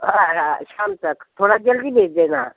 हाँ हाँ हाँ शाम तक थोड़ा जल्दी भेज देना